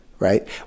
right